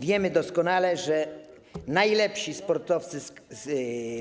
Wiemy doskonale, że najlepsi sportowcy ze